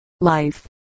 life